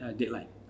deadline